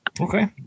Okay